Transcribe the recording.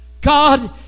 God